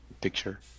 picture